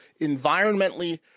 environmentally